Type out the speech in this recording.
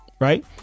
right